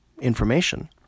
information